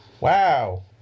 Wow